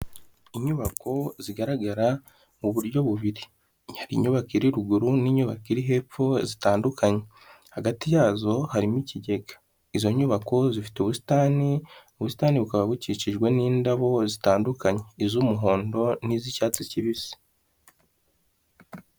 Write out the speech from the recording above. Inyubako zigaragara mu buryo bubiri, hari inyubako iri ruguru n'inyubako iri hepfo zitandukanye, hagati yazo harimo ikigega, izo nyubako zifite ubusitani, ubusitani bukaba bukikijwe n'indabo zitandukanye iz'umuhondo n'iz'icyatsi kibisi.